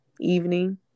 evening